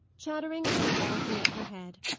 chattering annabel threw up her head.